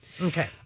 Okay